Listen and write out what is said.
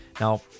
Now